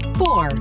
four